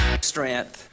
Strength